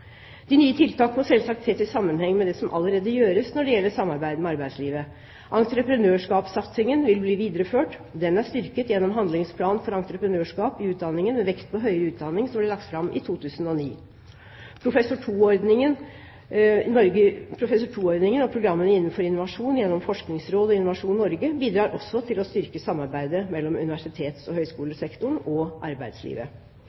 De nye tiltakene må selvsagt ses i sammenheng med det som allerede gjøres når det gjelder samarbeidet med arbeidslivet. Entreprenørskapssatsingen vil bli videreført. Den er styrket gjennom handlingsplanen for entreprenørskap i utdanningen med vekt på høyere utdanning som ble lagt fram i 2009. Professor II-ordningen og programmene innenfor innovasjon gjennom Forskningsrådet og Innovasjon Norge bidrar også til å styrke samarbeidet mellom universitets- og